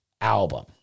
album